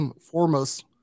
foremost